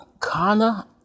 Kana